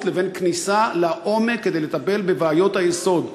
לבין כניסה לעומק כדי לטפל בבעיות היסוד,